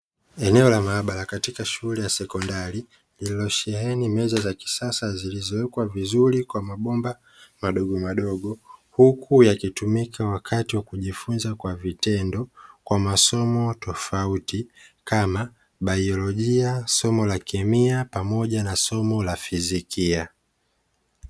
Maabara katika shule ya sekondari lililosheni meza za kisasa zilizowekwa vizuri kwa mabomba madogo madogo huku yakitumika wakati wa kujifunza kwa vitendo kwa masomo tofauti somo kama baiolojia, somo la ndani kemia pamoja na somo la fizikia.